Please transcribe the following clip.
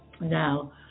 Now